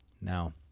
Now